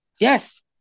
yes